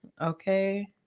okay